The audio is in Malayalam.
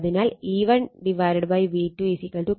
അതിനാൽ E1 V2 K